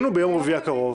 רביעי הקרוב.